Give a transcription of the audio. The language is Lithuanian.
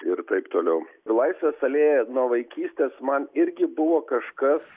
ir taip toliau laisvės alėja nuo vaikystės man irgi buvo kažkas